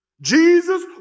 Jesus